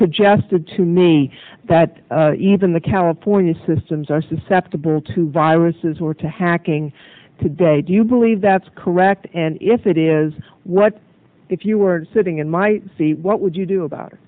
suggested to me that even the california systems are susceptible to viruses or to hacking today do you believe that's correct and if it is what if you were sitting in my see what would you do about it